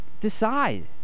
decide